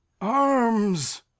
arms